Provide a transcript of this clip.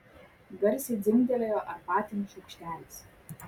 garsiai dzingtelėjo arbatinis šaukštelis